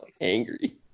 angry